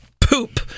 poop